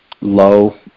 low